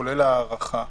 כולל ההארכה.